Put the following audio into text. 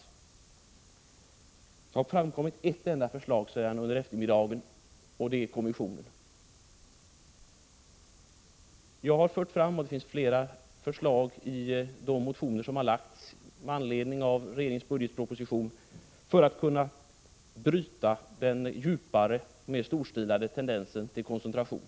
Industriministern säger att det under eftermiddagen har framkommit ett enda förslag, och det är förslaget om tillsättande av en kommission. Jag har lagt fram förslag — och det finns flera förslag i de motioner som väckts med anledning av regeringens budgetproposition — för att kunna bryta den djupare och mer storskaliga tendensen till koncentration.